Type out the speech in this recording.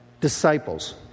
Disciples